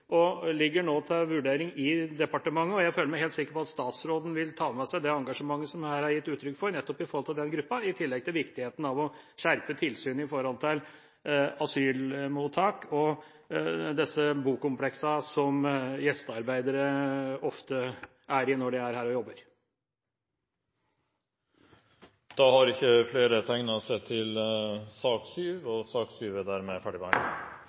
og høringsuttalelsene ligger nå til vurdering i departementet. Jeg føler meg helt sikker på at statsråden vil ta med seg engasjementet det her er gitt uttrykk for når det gjelder denne gruppen, og i tillegg se viktigheten av å skjerpe tilsynet med asylmottak og disse bokompleksene som gjestearbeidere ofte bor i når de jobber her. Flere har ikke bedt om ordet til sak